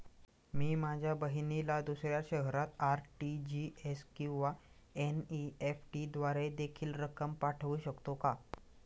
मी माझ्या बहिणीला दुसऱ्या शहरात आर.टी.जी.एस किंवा एन.इ.एफ.टी द्वारे देखील रक्कम पाठवू शकतो का?